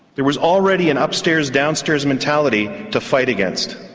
there was already an upstairs downstairs mentality to fight against.